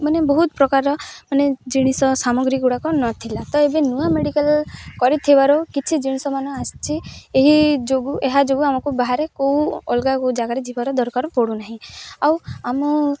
ମାନେ ବହୁତ ପ୍ରକାରର ମାନେ ଜିନିଷ ସାମଗ୍ରୀଗୁଡ଼ାକ ନଥିଲା ତ ଏବେ ନୂଆ ମେଡ଼ିକାଲ୍ କରି ଥିବାରୁ କିଛି ଜିନିଷମାନ ଆସିଛି ଏହି ଯୋଗୁଁ ଏହା ଯୋଗୁଁ ଆମକୁ ବାହାରେ କେଉଁ ଅଲଗା ଜାଗାରେ ଯିବାର ଦରକାର ପଡ଼ୁନାହିଁ ଆଉ ଆମ